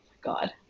god